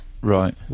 Right